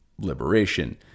liberation